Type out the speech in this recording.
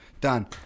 Done